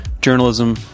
journalism